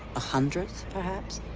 a hundredth perhaps?